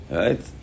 right